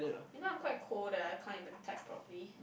you know I'm quite cold that I can't even type properly